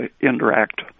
interact